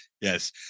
Yes